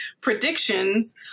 predictions